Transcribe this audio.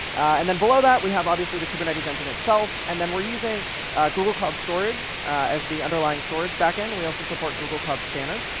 and then below that, we have, obviously, the kubernetes engine itself. and then we're using google cloud storage as the underlying storage back end. we also support google cloud spanner.